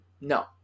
No